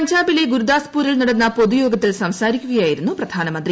പഞ്ചാബിലെ ഗുരുദാസ്പുരിൽ നടന്ന പൊതു യോഗത്തിൽ സംസാരിക്കുകയായിരുന്നു പ്രധ്യാനമന്ത്രി